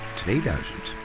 2000